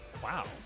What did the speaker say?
Wow